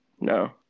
No